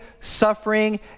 suffering